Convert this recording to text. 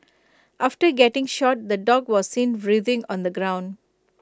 after getting shot the dog was seen writhing on the ground